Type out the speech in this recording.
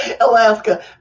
Alaska